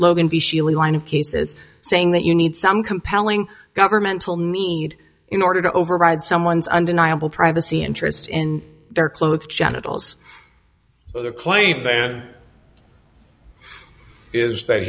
vichy line of cases saying that you need some compelling governmental need in order to override someone's undeniable privacy interest in their clothes genitals so the claim is that